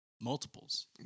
multiples